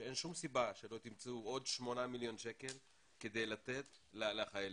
שאין שום סיבה שלא תמצאו עוד 8 מיליון שקל כדי לתת לחיילים.